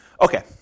Okay